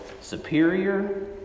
superior